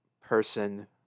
person